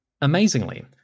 Amazingly